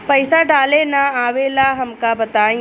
पईसा डाले ना आवेला हमका बताई?